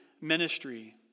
ministry